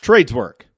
Tradeswork